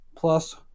Plus